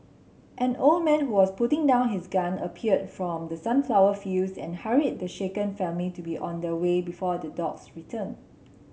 an old man who was putting down his gun appeared from the sunflower fields and hurried the shaken family to be on their way before the dogs return